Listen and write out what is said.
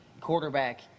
quarterback